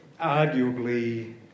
arguably